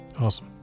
Awesome